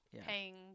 Paying